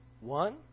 One